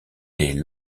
des